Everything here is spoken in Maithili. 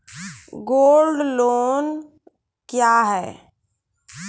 गोल्ड लोन लोन क्या हैं?